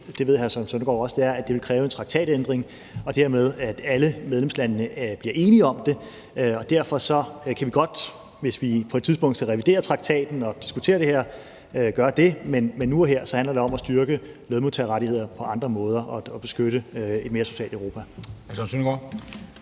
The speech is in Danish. Søren Søndergaard også – er, at det vil kræve en traktatændring og dermed, at alle medlemslandene bliver enige om det. Derfor kan vi godt, hvis vi på et tidspunkt skal revidere traktaten og diskutere det her, gøre det, men nu og her handler det om at styrke lønmodtagerrettigheder på andre måder og beskytte et mere socialt Europa.